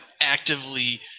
actively